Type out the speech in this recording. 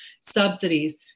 subsidies